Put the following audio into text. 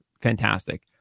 fantastic